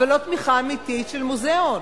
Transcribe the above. לא תמיכה אמיתית של מוזיאון.